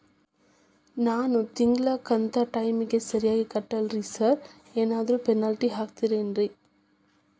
ನಾನು ತಿಂಗ್ಳ ಕಂತ್ ಟೈಮಿಗ್ ಸರಿಗೆ ಕಟ್ಟಿಲ್ರಿ ಸಾರ್ ಏನಾದ್ರು ಪೆನಾಲ್ಟಿ ಹಾಕ್ತಿರೆನ್ರಿ?